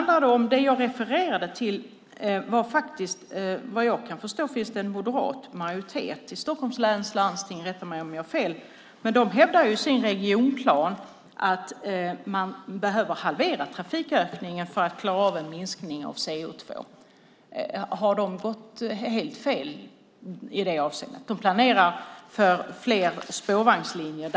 Det jag refererade till var att det, vad jag kan förstå, finns en moderat majoritet i Stockholms läns landsting. Rätta mig om jag har fel, men de hävdar i sin regionplan att man behöver halvera trafikökningen för att klara av en minskning av CO2. Har de helt fel i det avseendet? De planerar för fler spårvagnslinjer.